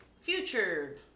future